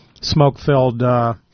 smoke-filled